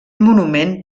monument